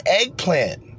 eggplant